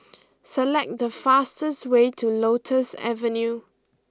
select the fastest way to Lotus Avenue